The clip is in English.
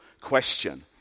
question